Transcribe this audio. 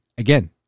Again